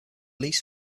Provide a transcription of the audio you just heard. lease